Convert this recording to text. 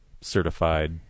certified